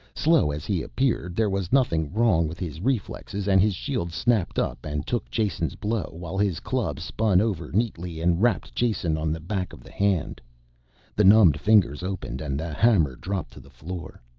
slow as he appeared, there was nothing wrong with his reflexes and his shield snapped up and took jason's blow while his club spun over neatly and rapped jason on the back of the hand the numbed fingers opened and the hammer dropped to the floor.